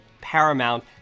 paramount